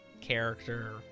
character